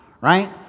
right